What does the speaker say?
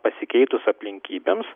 pasikeitus aplinkybėms